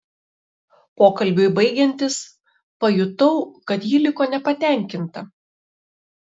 pokalbiui baigiantis pajutau kad ji liko nepatenkinta